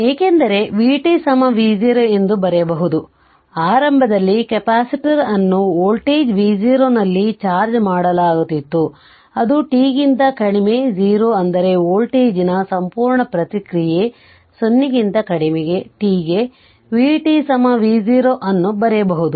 ಏಕೆಂದರೆ v V0 ಎಂದು ಬರೆಯಬಹುದು ಆರಂಭದಲ್ಲಿ ಕೆಪಾಸಿಟರ್ ಅನ್ನು ವೋಲ್ಟೇಜ್voltage v0ನಲ್ಲಿ ಚಾರ್ಜ್ ಮಾಡಲಾಗುತ್ತಿತ್ತು ಅದು t ಗಿಂತ ಕಡಿಮೆ 0 ಅಂದರೆ ವೋಲ್ಟೇಜ್ನ ಸಂಪೂರ್ಣ ಪ್ರತಿಕ್ರಿಯೆ 0 ಕ್ಕಿಂತ ಕಡಿಮೆ t ಗೆ v V0 ಅನ್ನು ಬರೆಯಬಹುದು